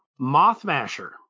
Mothmasher